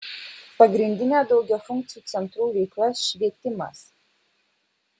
pagrindinė daugiafunkcių centrų veikla švietimas